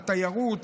התיירות,